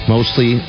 Mostly